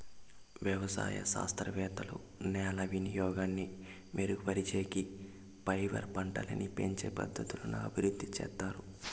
వ్యవసాయ శాస్త్రవేత్తలు నేల వినియోగాన్ని మెరుగుపరిచేకి, ఫైబర్ పంటలని పెంచే పద్ధతులను అభివృద్ధి చేత్తారు